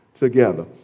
together